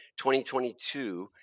2022